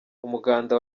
umuganda